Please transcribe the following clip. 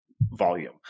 volume